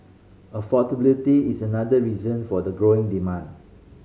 affordability is another reason for the growing demand